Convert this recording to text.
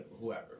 whoever